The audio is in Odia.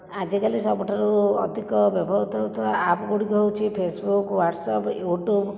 ଆଜିକାଲି ସବୁଠାରୁ ଅଧିକ ବ୍ୟବହୃତ ହେଉଥିବା ଆପ୍ ଗୁଡ଼ିକ ହେଉଛି ଫେସବୁକ ୱାଟ୍ସଆପ ୟୁଟ୍ୟୁବ